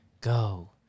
Go